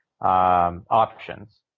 options